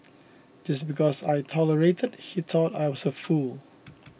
just because I tolerated he thought I was a fool